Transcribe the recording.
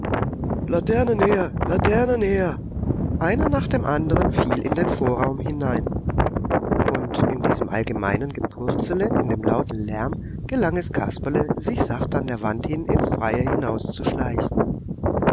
laternen her laternen her einer nach dem andern fiel in den vorraum hinein und in diesem allgemeinen gepurzele in dem lauten lärm gelang es kasperle sich sacht an der wand hin ins freie hinauszuschleichen